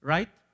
Right